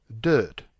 Dirt